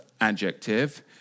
adjective